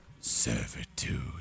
servitude